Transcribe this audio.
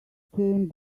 came